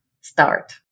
start